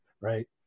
right